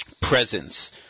presence